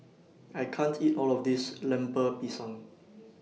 I can't eat All of This Lemper Pisang